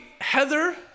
Heather